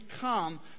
come